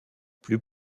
plus